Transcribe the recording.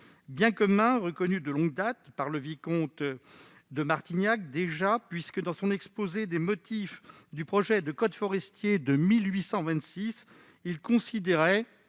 bien commun est reconnu de longue date par le vicomte de Martignac. En effet, dans son exposé des motifs du projet de code forestier de 1826, celui-ci considérait